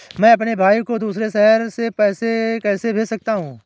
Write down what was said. मैं अपने भाई को दूसरे शहर से पैसे कैसे भेज सकता हूँ?